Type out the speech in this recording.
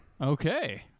Okay